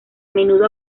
menudo